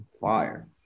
Fire